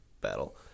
battle